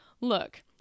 Look